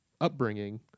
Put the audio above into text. upbringing